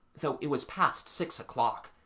though it was past six o'clock,